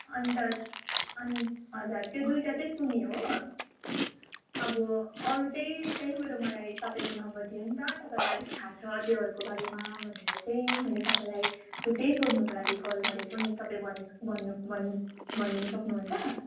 अन्त अनि हजुर त्यो दुइटा चाहिँ सुनेँ हो अब अरू चाहिँ त्यहीँबाट मलाई तपाईँको नम्बर दियो नि त तपाईँलाई आलिक थाहा छ त्योहरूको बारेमा भनेर चाहिँ मैले तपाईँलाई त्यही सोध्नुको लागि कल गरेको तपाईँ भनि भन्नु भन्नु भन्नु भनिदिनु सक्नुहुन्छ